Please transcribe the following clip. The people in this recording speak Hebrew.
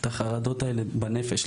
את החרדות האלה בנפש?